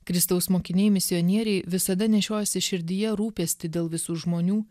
kristaus mokiniai misionieriai visada nešiojasi širdyje rūpestį dėl visų žmonių